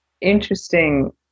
interesting